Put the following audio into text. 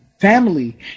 family